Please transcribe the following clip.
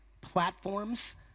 platforms